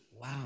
wow